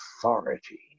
authority